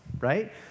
right